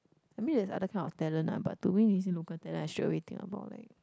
I mean there's other kind of talent lah but to me if you say local talent I straight away think about like